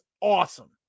awesome